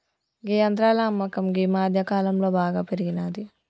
గీ యంత్రాల అమ్మకం గీ మధ్యకాలంలో బాగా పెరిగినాది